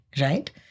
right